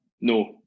No